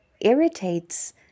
irritates